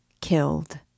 Killed